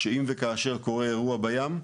שאם וכאשר קורה אירוע בים,